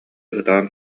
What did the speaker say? ытаан